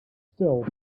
still